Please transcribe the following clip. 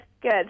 good